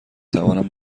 توانم